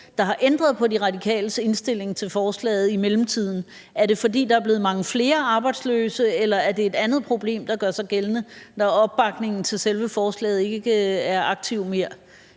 der har ændret på De Radikales indstilling til forslaget i mellemtiden. Er det, fordi der er blevet mange flere arbejdsløse, eller er det et andet problem, der gør sig gældende, når opbakningen til selve forslaget ikke er aktiv mere?